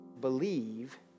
believe